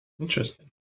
Interesting